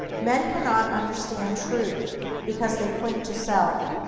men cannot understand truth because they cling to self,